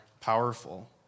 powerful